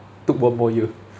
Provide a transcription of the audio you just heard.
took one more year